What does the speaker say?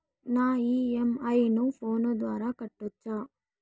నా ఇ.ఎం.ఐ ను ఫోను ద్వారా కట్టొచ్చా?